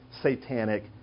satanic